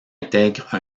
intègre